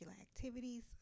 activities